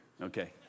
Okay